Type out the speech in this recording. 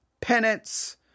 penance